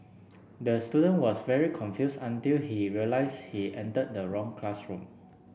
the student was very confuse until he realize he entered the wrong classroom